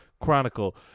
chronicle